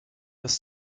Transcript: ist